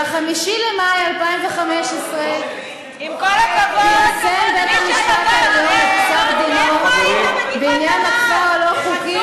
ב-5 במאי 2015 פרסם בית-המשפט העליון את פסק-דינו בעניין הכפר הלא-חוקי